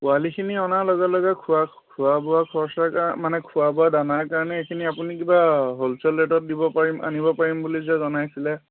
পোৱালিখিনি অনাৰ লগে লগে খোৱা খোৱা বোৱা খৰচাৰ কাৰণে মানে খোৱা বোৱা দানাৰ কাৰণে এইখিনি আপুনি কিবা হ'লছেল ৰেটত দিব পাৰিম আনিব পাৰিম বুলি যে জনাইছিলে